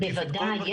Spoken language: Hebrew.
בוודאי.